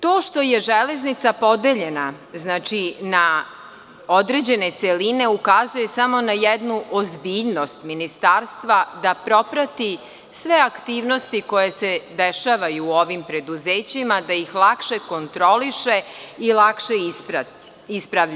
To što je železnica podeljena na određene celine, to kazuje samo na jednu ozbiljnost Ministarstva da proprati sve aktivnosti koje se dešavaju u ovim preduzećima, da ih lakše kontroliše i lakše ispravlja.